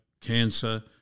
cancer